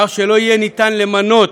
כך שלא יהיה אפשר למנות